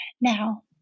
now